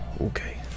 Okay